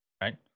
right